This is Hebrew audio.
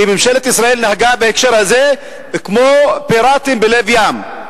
כי ממשלת ישראל נהגה בהקשר הזה כמו פיראטים בלב ים.